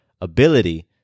ability